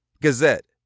Gazette